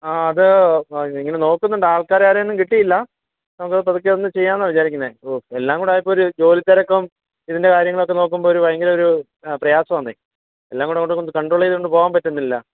ആ അത് ഇങ്ങനെ നോക്കുന്നുണ്ട് ആൾക്കാരെ ആരെയൊന്നും കിട്ടിയില്ല നമുക്ക് പതുക്കെ ഒന്ന് ചെയ്യാം എന്ന് വിചാരിക്കുന്നത് ഓ എല്ലാം കൂടെ ആയപ്പോൾ ഒരു ജോലി തിരക്കും ഇതിൻ്റെ കാര്യങ്ങളൊക്കെ നോക്കുമ്പോൾ ഒരു ഭയങ്കര ഒരു ആ പ്രയാസം ആന്നെ എല്ലാം കൂടെ അങ്ങോട്ടും ഇങ്ങോട്ടും കണ്ട്രോള് ചെയ്തുകൊണ്ട് പോകാൻ പറ്റുന്നില്ല